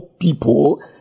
people